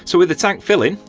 so with the tank filling,